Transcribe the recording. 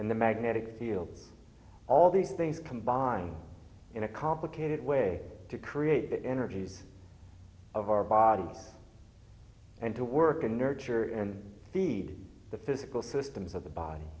and the magnetic field all these things combine in a complicated way to create the energy of our body and to work and nurture and feed the physical systems of the body